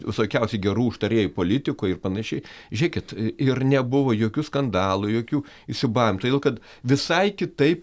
visokiausių gerų užtarėjų politikų ir panašiai žiūrėkit ir nebuvo jokių skandalų jokių įsiūbavimų todėl kad visai kitaip